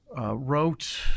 wrote